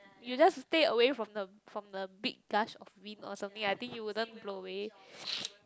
you just stay away from the from the big gust of wind or something I think it wouldn't blow away